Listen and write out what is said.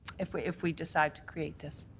if we if we decide to create this?